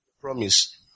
promise